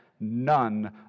none